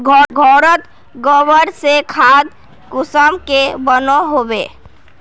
घोरोत गबर से खाद कुंसम के बनो होबे?